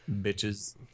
Bitches